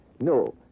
No